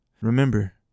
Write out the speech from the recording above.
Remember